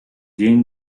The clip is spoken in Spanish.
jean